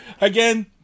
again